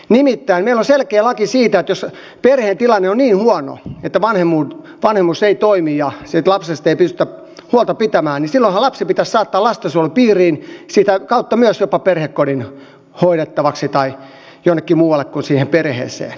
nimittäin meillä on selkeä laki siitä että jos perheen tilanne on niin huono että vanhemmuus ei toimi ja siitä lapsesta ei pystytä huolta pitämään niin silloinhan lapsi pitäisi saattaa lastensuojelun piiriin ja sitä kautta myös jopa perhekodin hoidettavaksi tai jonnekin muualle kuin siihen perheeseen